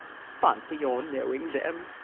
fancy your knowing them!